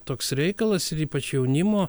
toks reikalas ir ypač jaunimo